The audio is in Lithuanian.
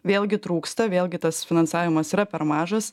vėlgi trūksta vėlgi tas finansavimas yra per mažas